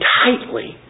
tightly